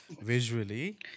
visually